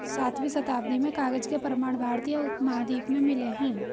सातवीं शताब्दी में कागज के प्रमाण भारतीय उपमहाद्वीप में मिले हैं